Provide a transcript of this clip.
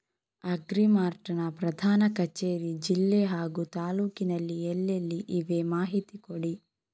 Agri mart ನ ಪ್ರಧಾನ ಕಚೇರಿ ಜಿಲ್ಲೆ ಹಾಗೂ ತಾಲೂಕಿನಲ್ಲಿ ಎಲ್ಲೆಲ್ಲಿ ಇವೆ ಮಾಹಿತಿ ಕೊಡಿ?